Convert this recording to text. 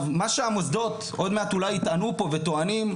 מה שהמוסדות עוד מעט אולי יטענו פה וטוענים,